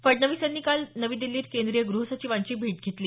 फडणवीस यांनी काल नवी दिल्लीत केंद्रीय ग्रहसचिवांची भेट घेतली